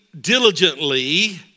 diligently